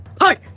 Hi